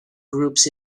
groups